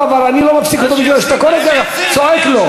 זמנו עבר ואני לא מפסיק אותו כי אתה כל הזמן צועק לו.